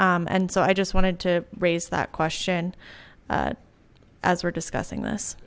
and so i just wanted to raise that question as we're discussing this